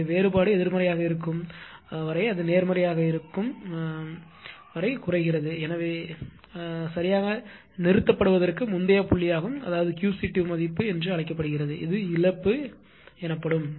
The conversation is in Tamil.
எனவே வேறுபாடு எதிர்மறையாக இருக்கும் வரை அது நேர்மறையாக இருக்கும் வரை குறைகிறது அது சரியாக நிறுத்தப்படுவதற்கு முந்தைய புள்ளியாகும் அது Q c 2 மதிப்பு என்று அழைக்கப்படுகிறது இது இழப்பு எனப்படும்